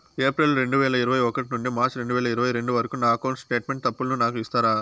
April రెండు వేల ఇరవై ఒకటి నుండి మార్చ్ రెండు వేల ఇరవై రెండు వరకు నా అకౌంట్ స్టేట్మెంట్ తప్పులను నాకు ఇస్తారా?